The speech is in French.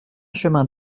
chemin